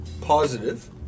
Positive